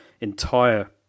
entire